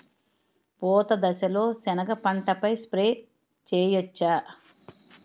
పూత దశలో సెనగ పంటపై స్ప్రే చేయచ్చా?